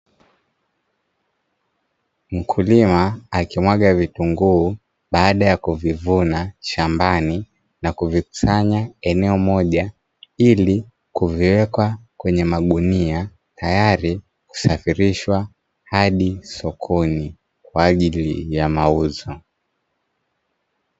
Mkulima akimwaga vitunguu baada ya kuvivuna shambani na kuvikusanya eneo moja ili kuviweka kwenye magunia tayari kusafirishwa hadi sokoni kwa ajili ya mauzo.